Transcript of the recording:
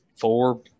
four